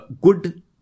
good